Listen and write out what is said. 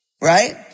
right